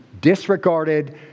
disregarded